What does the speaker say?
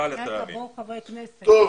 העוזרת הפרלמנטרית של חברת הכנסת וונש.